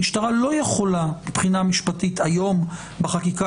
המשטרה לא יכולה מבחינה משפטית היום בחקיקה